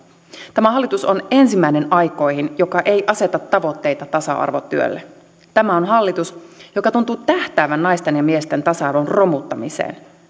tämä hallitus on ensimmäinen aikoihin joka ei aseta tavoitteita tasa arvotyölle tämä on hallitus joka tuntuu tähtäävän naisten ja miesten tasa arvon romuttamiseen